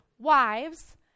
Wives